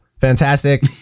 Fantastic